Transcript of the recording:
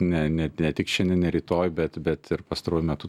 ne ne ne tik šiandien rytoj bet bet ir pastaruoju metu